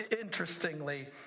Interestingly